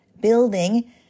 building